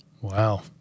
Wow